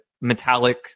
metallic